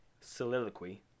soliloquy